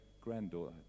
granddaughter